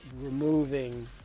Removing